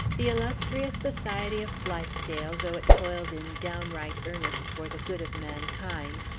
the illustrious society of blithedale, though it toiled in downright earnest for the good of mankind,